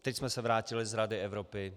Teď jsme se vrátili z Rady Evropy.